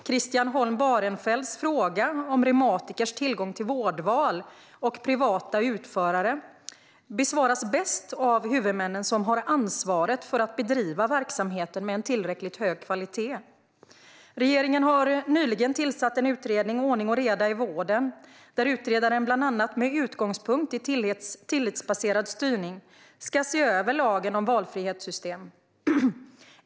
Christian Holm Barenfelds fråga om reumatikers tillgång till vårdval och privata utförare besvaras bäst av huvudmännen, som har ansvaret för att verksamheten bedrivs med tillräckligt hög kvalitet. Regeringen har nyligen tillsatt en utredning, Ordning och reda i vården. Utredaren ska, med utgångspunkt i tillitsbaserad styrning, bland annat se över lagen om valfrihetssystem.